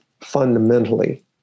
fundamentally